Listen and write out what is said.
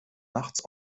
nachts